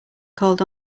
called